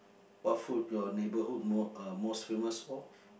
what food your neighbourhood mo~ uh most famous for